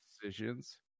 decisions